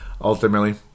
ultimately